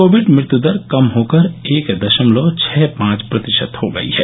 Covid मृत्यु दर कम हो कर एक दशमलव छह पांच प्रतिशत हो गई है